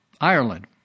Ireland